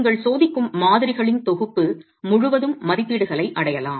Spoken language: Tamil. நீங்கள் சோதிக்கும் மாதிரிகளின் தொகுப்பு முழுவதும் மதிப்பீடுகளை அடையலாம்